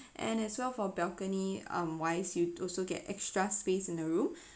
and as well for balcony um wise you also get extra space in the room